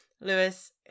Lewis